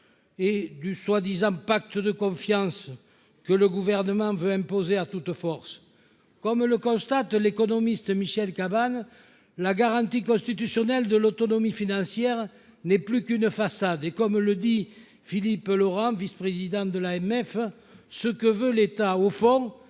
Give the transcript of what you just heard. et du mal nommé pacte de confiance, que le Gouvernement veut imposer à toute force ? Comme le constate l'économiste Michel Cabannes, « la garantie constitutionnelle de l'autonomie financière n'est plus qu'une façade », et, comme le dit Philippe Laurent, vice-président de l'AMF :« Ce que veut l'État, au fond,